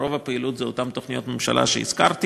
רוב הפעילות היא אותן תוכניות ממשלה שהזכרתי.